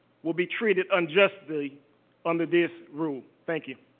will be treated unjustly under this rule. thank you.